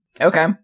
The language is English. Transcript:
Okay